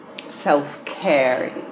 self-care